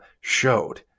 showed